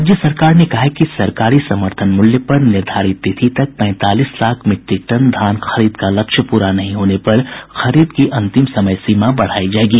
राज्य सरकार ने कहा है कि सरकारी समर्थन मूल्य पर निर्धारित तिथि तक पैंतालीस लाख मीट्रिक टन धान खरीद का लक्ष्य पूरा नहीं होने पर खरीद की अंतिम समय सीमा बढ़ायी जायेगी